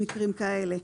במקרים כאלה.